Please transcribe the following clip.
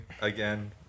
again